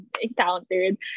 encountered